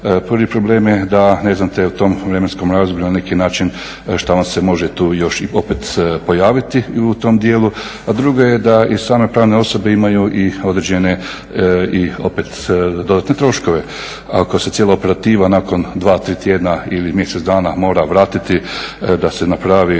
Prvi problem je to da ne znate o tom vremenskom razdoblju na neki način šta vam se može tu još i opet pojaviti i u tom dijelu, a drugo je da i same pravne osobe imaju i određene dodatne troškove. Ako se cijela operativa nakon dva, tri tjedna ili mjesec dana mora vratiti da se napravi